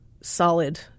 solid